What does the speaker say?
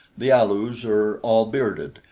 the alus are all bearded,